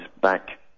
back